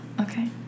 Okay